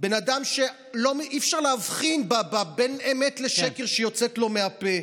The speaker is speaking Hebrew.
בן אדם שאי-אפשר להבחין בין אמת לשקר שיוצאים לו מהפה,